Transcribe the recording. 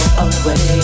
away